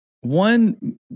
One